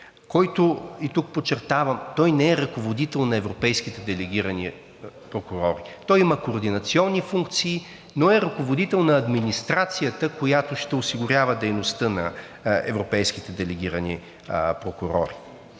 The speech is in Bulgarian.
който, тук подчертавам, той не е ръководител на европейския делегиран прокурор, той има координационни функции, но е ръководител на администрацията, която ще осигурява дейността на европейските делегирани прокурори.